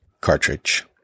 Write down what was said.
Cartridge